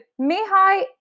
Mihai